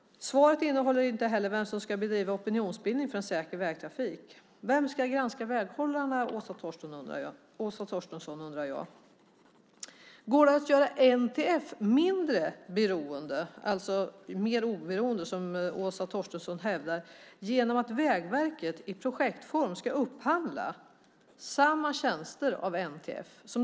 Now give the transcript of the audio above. Svaret innehåller inte heller något om vem som ska bedriva opinionsbildning för en säker vägtrafik. Vem ska granska väghållarna, Åsa Torstensson? Går det att göra NTF mer oberoende, som Åsa Torstensson hävdar, genom att Vägverket i projektform ska upphandla samma tjänster av NTF?